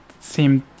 seemed